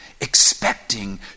expecting